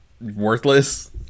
worthless